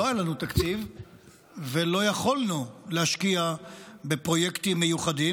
לא היה לנו תקציב ולא יכולנו להשקיע בפרויקטים מיוחדים,